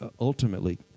ultimately